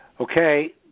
Okay